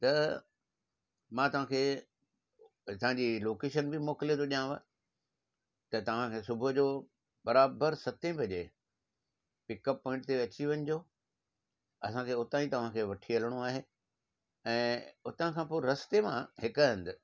त मां तव्हांखे हितां जी लोकेशन बि मोकिले थो ॾियांव त तव्हांखे सुबुहअ जो बराबरि सते बजे पिकअप पोइंट ते अची वञिजो असांखे उतां ई तव्हांखे वठी हलिणो आहे ऐं उतां खां पोइ रस्ते मां हिकु हंधु